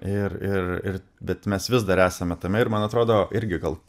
ir ir ir bet mes vis dar esame tame ir man atrodo irgi gal